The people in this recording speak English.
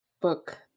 book